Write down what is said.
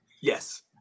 Yes